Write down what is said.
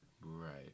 Right